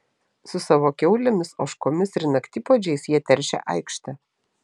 su savo kiaulėmis ožkomis ir naktipuodžiais jie teršia aikštę